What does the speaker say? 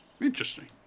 Interesting